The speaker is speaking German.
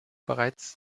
bereits